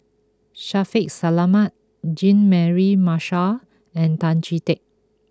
Shaffiq Selamat Jean Mary Marshall and Tan Chee Teck